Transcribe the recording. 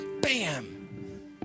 Bam